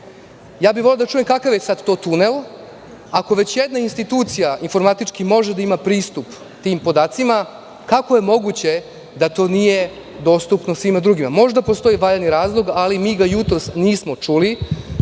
Ja bih voleo da čujem kakav je to tunel? Jer, ako već jedna institucija informatički može da ima pristup tim podacima, kako je moguće da to nije dostupno svima drugima? Možda postoji valjani razlog, ali mi ga jutros nismo čuli.U